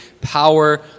power